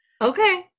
Okay